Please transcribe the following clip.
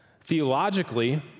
Theologically